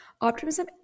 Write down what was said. optimism